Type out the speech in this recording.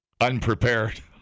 unprepared